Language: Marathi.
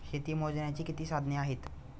शेती मोजण्याची किती साधने आहेत?